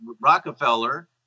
Rockefeller